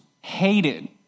hated